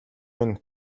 минь